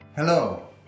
Hello